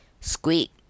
Squeak